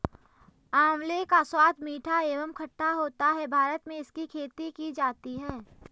आंवले का स्वाद मीठा एवं खट्टा होता है भारत में इसकी खेती की जाती है